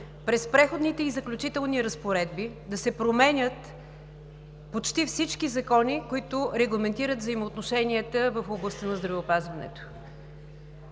през Преходните и заключителни разпоредби да се променят почти всички закони, които регламентират взаимоотношенията в областта на здравеопазването.